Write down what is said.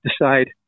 decide